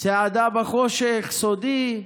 צעדה בחושך, סודי,